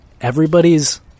everybody's